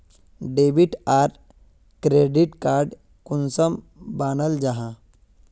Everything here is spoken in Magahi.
डेबिट आर क्रेडिट कार्ड कुंसम बनाल जाहा?